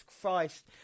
Christ